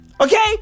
Okay